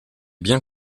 biens